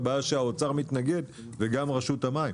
הבעיה שהאוצר מתנגד וגם רשות המים,